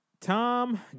Tom